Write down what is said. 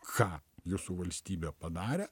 ką jūsų valstybė padarė